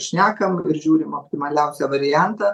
šnekam ir žiūrim optimaliausią variantą